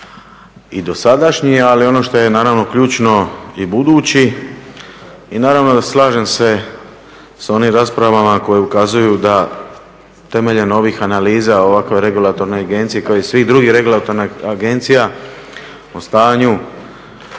i dosadašnji, ali i ono što je naravno ključno i budući i naravno da slažem se s onim raspravama koje ukazuju da temeljem ovih analiza ovakve regulatorne agencije kao i svih drugih regulatornih agencija o stanju